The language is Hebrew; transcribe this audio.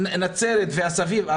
נצרת והסביבה.